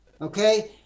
Okay